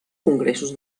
congressos